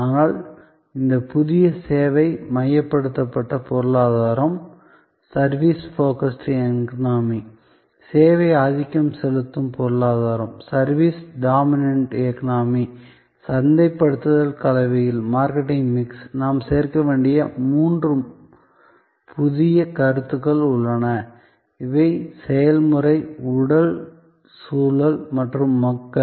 ஆனால் இந்த புதிய சேவை மையப்படுத்தப்பட்ட பொருளாதாரம் சேவை ஆதிக்கம் செலுத்தும் பொருளாதாரம் சந்தைப்படுத்தல் கலவையில் நாம் சேர்க்க வேண்டிய மூன்று புதிய கருத்துகள் உள்ளன இவை செயல்முறை உடல் சூழல் மற்றும் மக்கள்